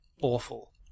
awful